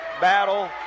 battle